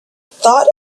thought